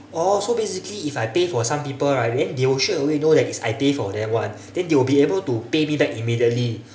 oh so basically if I pay for some people right then they will straightaway know that is I pay for them [one] then they will be able to pay me back immediately